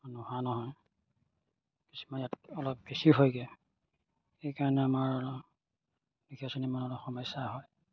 নোহোৱা নহয় কিছুমান ইয়াত অলপ বেছি হয়গৈ সেইকাৰণে আমাৰ সমস্যা হয়